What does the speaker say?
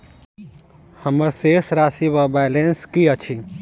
हम्मर शेष राशि वा बैलेंस की अछि?